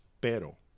Pero